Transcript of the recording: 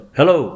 Hello